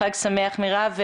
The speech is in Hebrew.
חג שמח, מירב.